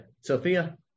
Sophia